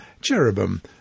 cherubim